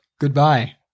Goodbye